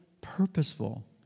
purposeful